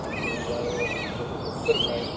ओमफ्राय जेनेबा आरो गथ'फोर फोरोंनाय